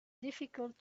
difficult